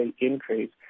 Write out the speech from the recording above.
increase